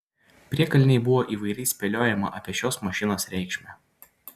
priekalnėj buvo įvairiai spėliojama apie šios mašinos reikšmę